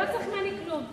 אתה לא צריך ממני כלום.